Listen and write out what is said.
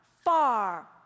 far